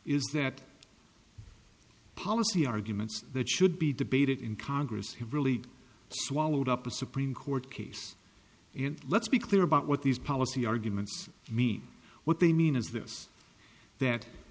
is that policy arguments that should be debated in congress have really swallowed up a supreme court case and let's be clear about what these policy arguments mean what they mean is this that